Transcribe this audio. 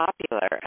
popular